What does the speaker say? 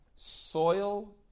Soil